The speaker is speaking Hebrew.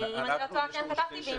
כן כתבתי,